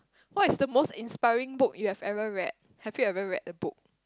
what is the most inspiring book you have ever read have you ever read a book